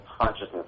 consciousness